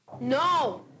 No